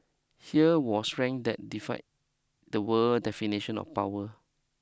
here was strength that defied the world definition of power